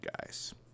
guys